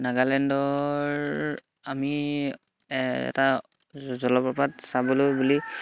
নাগালেণ্ডৰ আমি এটা জলপ্ৰপাত চাবলৈ বুলি